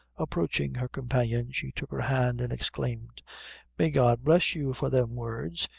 approaching her companion, she took her hand and exclaimed may god bless you for them words!